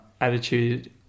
attitude